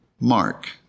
Mark